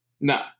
No